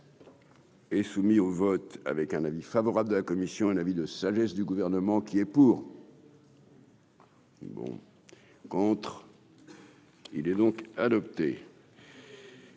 Et soumis au vote avec un avis favorable de la commission, un avis de sagesse du gouvernement qui est pour. Bon contre. Il est donc adopté.